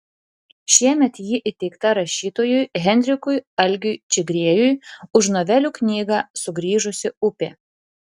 šiemet ji įteikta rašytojui henrikui algiui čigriejui už novelių knygą sugrįžusi upė